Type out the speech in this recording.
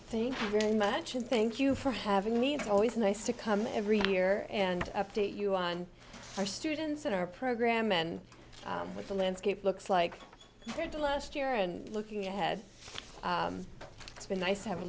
thank you very much and thank you for having me it's always nice to come every year and update you on our students in our program and with the landscape looks like going to last year and looking ahead it's been nice to have a